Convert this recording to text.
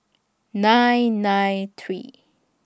nine nine three